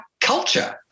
culture